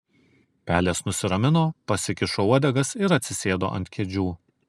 pelės nusiramino pasikišo uodegas ir atsisėdo ant kėdžių